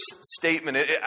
statement